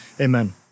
amen